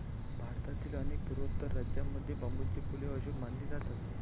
भारतातील अनेक पूर्वोत्तर राज्यांमध्ये बांबूची फुले अशुभ मानली जातात